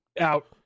out